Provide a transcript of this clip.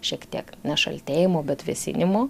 šiek tiek ne šaltėjimo bet vėsinimo